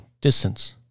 distance